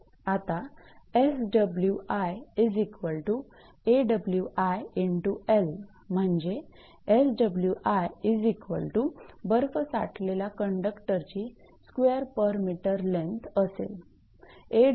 आता 𝑆𝑤𝑖 𝐴𝑤𝑖 × 𝑙 म्हणजे 𝑆𝑤𝑖 बर्फ साठलेला कंडक्टरची स्क्वेअर पर मीटर लेन्थ असेल